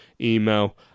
email